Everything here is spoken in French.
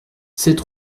sept